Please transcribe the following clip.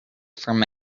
from